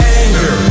anger